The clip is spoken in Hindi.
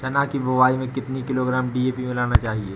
चना की बुवाई में कितनी किलोग्राम डी.ए.पी मिलाना चाहिए?